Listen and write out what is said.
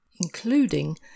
including